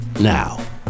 Now